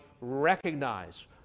recognize